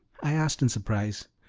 i asked in surprise.